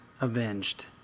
Avenged